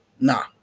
nah